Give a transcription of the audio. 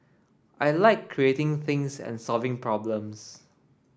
I like creating things and solving problems